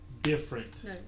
different